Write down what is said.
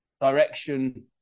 direction